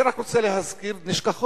אני רק רוצה להזכיר נשכחות.